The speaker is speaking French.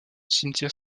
cimetière